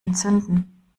entzünden